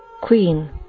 Queen